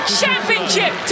championship